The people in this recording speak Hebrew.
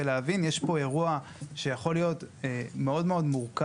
וניסינו להבין: יש פה אירוע שיכול להיות מאוד מורכב.